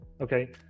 Okay